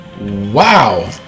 wow